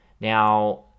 Now